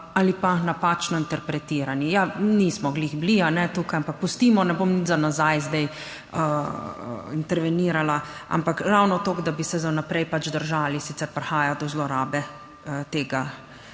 ali pa napačno interpretirani. Ja, nismo glih bili tukaj, ampak pustimo, ne bom nič za nazaj zdaj intervenirala, ampak ravno toliko, da bi se za naprej pač držali, sicer prihaja do zlorabe tega,